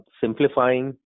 simplifying